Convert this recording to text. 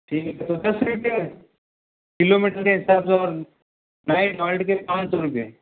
ठीक है किलोमीटर के हिसाब से बताना है ढाई नाइट के पाँच सौ रुपए